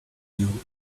you